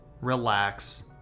relax